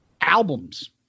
albums